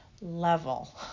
level